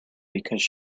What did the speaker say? because